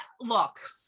look